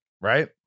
Right